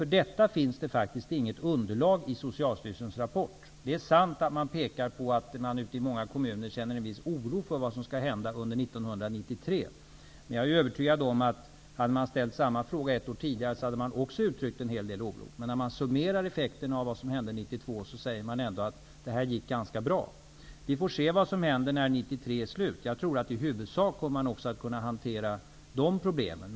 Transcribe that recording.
För något sådant finns det faktiskt inte något underlag i Socialstyrelsens rapport. Det är sant att man pekar på att det ute i många kommuner finns en viss oro för vad som skall hända under 1993. Men jag är övertygad om att man, om samma fråga hade ställts ett år tidigare, också hade uttryckt en hel del oro. När man summerar effekterna av vad som hände 1992 säger man ändå att det här gick ganska bra. Vi får se vad som händer när 1993 är slut. Jag tror att man i huvudsak också kommer att kunna hantera de problemen.